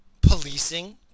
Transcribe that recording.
policing